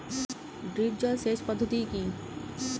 Drip জল সেচ পদ্ধতি কি?